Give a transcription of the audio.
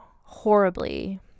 horribly